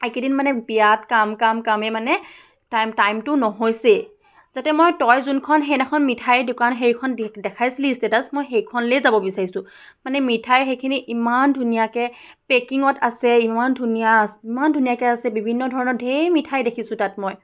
এইকেইদিন মানে বিয়াত কাম কাম কামে মানে টাইম টাইমটো নহৈছেই যাতে মই তই যোনখন সেইদিনাখন মিঠাইৰ দোকান সেইখন দেখাইছিলি ষ্টেটাছ মই সেইখনলৈয়ে যাব বিচাৰিছোঁ মানে মিঠাই সেইখিনি ইমান ধুনীয়াকৈ পেকিঙত আছে ইমান ধুনীয়া ইমান ধুনীয়াকৈ আছে বিভিন্ন ধৰণৰ ঢেৰ মিঠাই দেখিছোঁ তাত মই